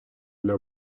для